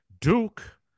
Duke